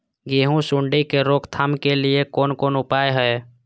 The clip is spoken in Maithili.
गेहूँ सुंडी के रोकथाम के लिये कोन कोन उपाय हय?